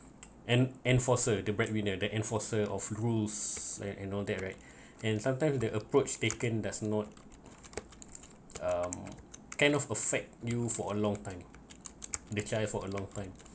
an enforcer the breadwinner the enforcer of rules and and all that right and sometimes the approach taken does not um kind of affect you for a long time the child for a long time